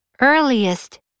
earliest